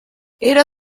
era